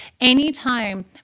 Anytime